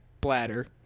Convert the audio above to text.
bladder